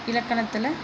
இலக்கணத்தில்